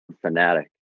fanatic